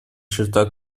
черта